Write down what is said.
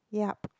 yup